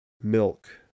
milk